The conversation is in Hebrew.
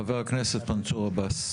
חבר הכנסת מנסור עבאס,